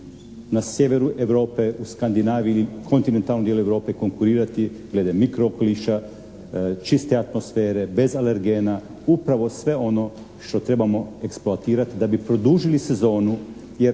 na sjeveru Europe, u Skandinaviji i u kontinentalnom dijelu Europe konkurirati glede mikro okoliša, čiste atmosfere, bez alergena, upravo sve ono što trebamo eksploatirati da bi produžili sezonu. Jer